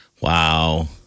Wow